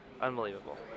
unbelievable